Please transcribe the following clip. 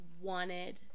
wanted